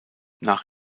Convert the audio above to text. nach